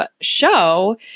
show